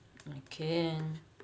I can